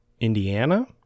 indiana